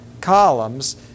columns